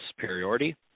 superiority